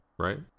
Right